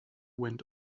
went